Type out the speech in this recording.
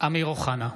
אמיר אוחנה,